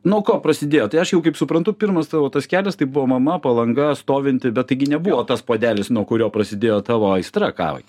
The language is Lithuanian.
nuo ko prasidėjo tai aš jau kaip suprantu pirmas tavo tas kelias tai buvo mama palanga stovinti bet taigi nebuvo tas puodelis nuo kurio prasidėjo tavo aistra kavai